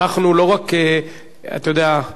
אנחנו לא רק, אתה יודע,